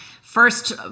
first